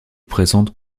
présente